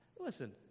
listen